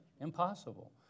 Impossible